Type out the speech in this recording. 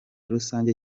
rusange